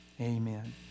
Amen